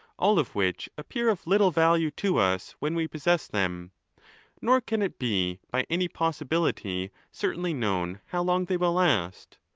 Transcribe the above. all of which appear of little value to us when we possess them nor can it be by any possibility certainly known how long they will last.